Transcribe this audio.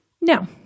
No